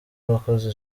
abakoze